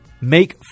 Make